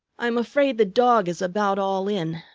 i'm afraid the dog is about all in.